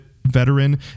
veteran